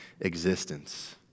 existence